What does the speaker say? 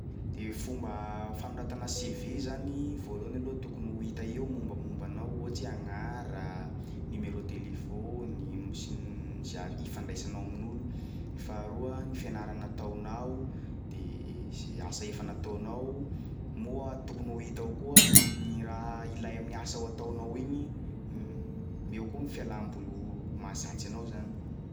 De fomba fanoratana CV zany voalohany aloha tokony ho hita eo mombamomba anao ohatsy hoe agnara, numéro telefaony m- sy zay azo ifandraisanao amin'olo; i faharoa ny fianarana ataonao de zay asa efa nataonao moa tokony ho hita ao koa gny raha ilay amin'ny asa ho ataonao igny eo koa fialam-boly mahazatsy anao zany.